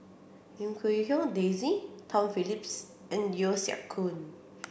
Lim Quee Hong Daisy Tom Phillips and Yeo Siak Koon